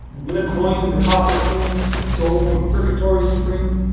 when a coin in the coffer clings, a soul from purgatory springs.